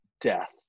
death